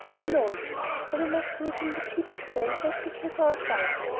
i know it so we must do it in the cheapest way, and make the cake ourselves.